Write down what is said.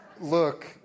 look